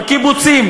בקיבוצים,